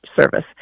service